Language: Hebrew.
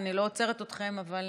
אני לא עוצרת אתכם, אבל